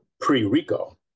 pre-RICO